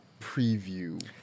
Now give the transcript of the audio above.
preview